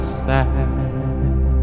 side